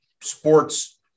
sports